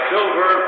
Silver